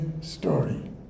story